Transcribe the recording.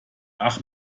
ach